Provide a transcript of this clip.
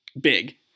Big